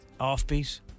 Offbeat